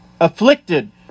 afflicted